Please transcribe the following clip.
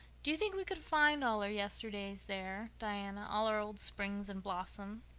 do you think we could find all our yesterdays there, diana all our old springs and blossoms?